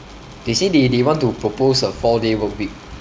they say they they want to propose a four day work week